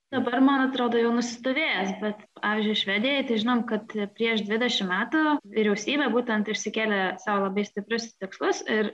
dabar man atrodo jau nusistovėjęs bet pavyzdžiui švedijoje tai žinom kad prieš dvidešimt metų vyriausybė būtent išsikėlė sau labai stiprius tikslus ir